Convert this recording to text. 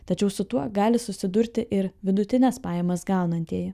tačiau su tuo gali susidurti ir vidutines pajamas gaunantieji